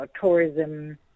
tourism